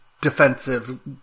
defensive